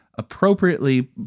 Appropriately